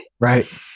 Right